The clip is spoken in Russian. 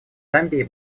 замбии